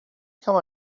come